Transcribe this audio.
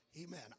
amen